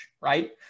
Right